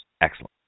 excellent